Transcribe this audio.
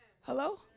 Hello